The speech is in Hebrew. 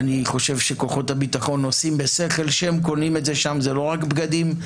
אני חושב שכוחות הביטחון עושים בשכל שהם קונים את זה שם זה לא רק בגדים,